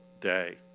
day